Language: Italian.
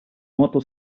nuoto